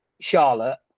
charlotte